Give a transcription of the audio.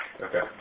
Okay